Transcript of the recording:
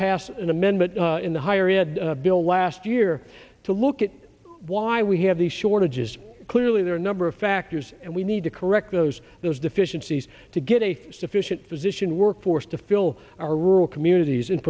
pass an amendment in the higher ed bill last year to look at why we have these shortages clearly there are a number of factors and we need to correct those those deficiencies to get a sufficient physician workforce to fill our rural communities